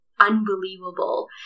unbelievable